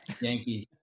Yankees